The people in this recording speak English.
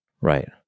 Right